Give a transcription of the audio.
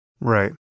Right